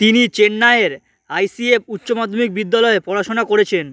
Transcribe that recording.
তিনি চেন্নাইয়ের আইসিএফ উচ্চ মাধ্যমিক বিদ্যালয়ে পড়াশোনা করেছেন